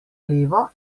levo